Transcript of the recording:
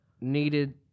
needed